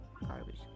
garbage